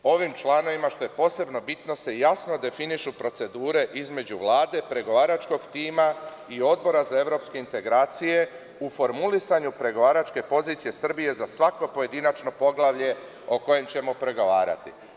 Ovim članovima se, što je posebno bitno, jasno definišu procedure između Vlade, pregovaračkog tima i Odbora za evropske integracije u formulisanju pregovaračke pozicije Srbije za svako pojedinačno poglavlje o kojem ćemo pregovarati.